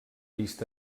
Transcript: vist